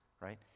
right